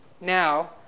now